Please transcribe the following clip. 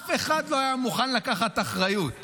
אף אחד לא היה מוכן לקחת אחריות.